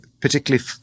particularly